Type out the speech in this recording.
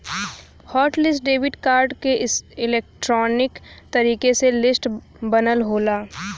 hot list debit card क electronic तरीके से लिस्ट बनल होला